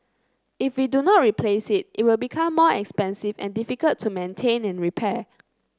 if we do not replace it it will become more expensive and difficult to maintain and repair